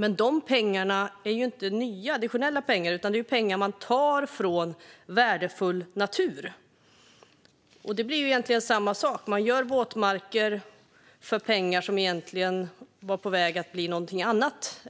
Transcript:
Men de pengarna är ju inte nya, additionella pengar utan pengar man tar från anslaget till värdefull natur. Det blir egentligen samma sak: Man gör våtmarker för pengar som egentligen var på väg att bli någonting annat.